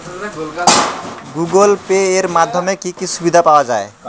Google Pay এর মাধ্যমে কি কি সুবিধা পাওয়া যায়?